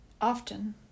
often